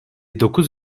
dokuz